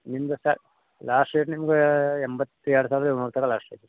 ನಿಮ್ದು sir last rate ನಿಮಗೆ ಎಂಬತ್ತೆರಡು ಸಾವಿರದ ಏಳುನೂರ ತನಕ ಲಾಸ್ಟ್ ಐತಿ